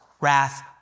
wrath